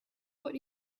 what